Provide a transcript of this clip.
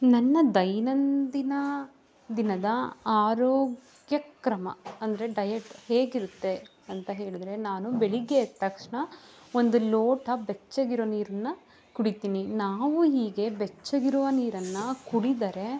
ನನ್ನ ದೈನಂದಿನ ದಿನದ ಆರೋಗ್ಯ ಕ್ರಮ ಅಂದರೆ ಡಯಟ್ ಹೇಗಿರುತ್ತೆ ಅಂತ ಹೇಳಿದ್ರೆ ನಾನು ಬೆಳಿಗ್ಗೆ ಎದ್ದ ತಕ್ಷಣ ಒಂದು ಲೋಟ ಬೆಚ್ಚಗಿರುವ ನೀರನ್ನ ಕುಡಿತೀನಿ ನಾವು ಹೀಗೆ ಬೆಚ್ಚಗಿರುವ ನೀರನ್ನು ಕುಡಿದರೆ